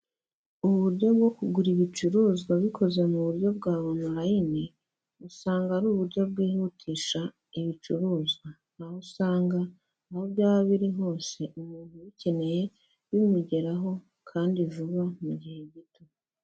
Uburyo bwo kugura ibicuruzwa bikoze mu buryo bwa onorayini, usanga ari uburyo bwihutisha ibicuruzwa, aho usanga aho byaba biri hose umuntu ubikeneye bimugeraho kandi vuba mu gihe gito.